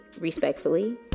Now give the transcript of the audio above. respectfully